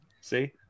See